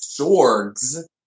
Sorg's